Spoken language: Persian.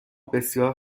بسیار